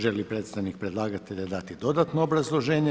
Želi li predstavnik predlagatelja dati dodatno obrazloženje?